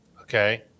Okay